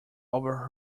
over